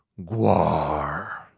Guar